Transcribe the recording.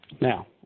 Now